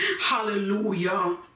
hallelujah